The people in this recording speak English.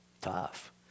Tough